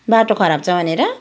बाटो खराब छ भनेर